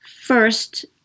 First